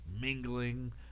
mingling